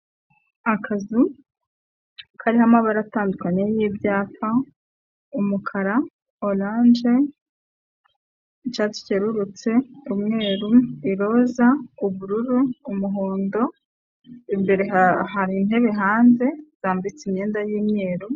Akazu karimo amabara atandukanye y'ibyapa, umukara, orange, icyatsi cyerurutse, umweru, iroza, ubururu, umuhondo, imbere hari intebe hanze zambitse imyenda y'imyeru...